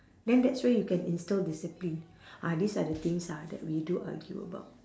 then that's where you can instil discipline ah these are the things ah that we do argue about